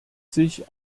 sich